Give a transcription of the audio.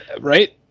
right